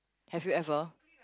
have you ever